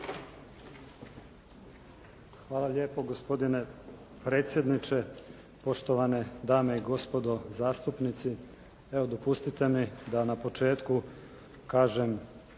Hvala lijepo gospodine predsjedniče, poštovane dame i gospodo zastupnici. Evo dopustite mi da na početku kažem